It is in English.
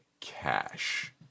cash